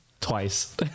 Twice